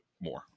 more